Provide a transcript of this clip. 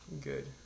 good